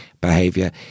behavior